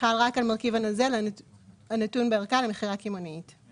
חל רק על מרכיב הנוזל הנתון בערכה למכירה קמעונאית,";